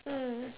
mm